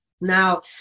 Now